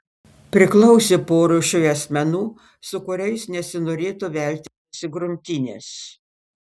priklausė porūšiui asmenų su kuriais nesinorėtų veltis į grumtynes